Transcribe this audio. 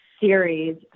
series